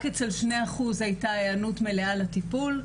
רק אצל 2% הייתה היענות מלאה לטיפול.